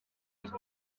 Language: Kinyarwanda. ibyo